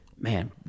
man